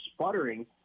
sputtering